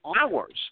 hours